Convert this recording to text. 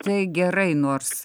tai gerai nors